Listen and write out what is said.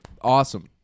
awesome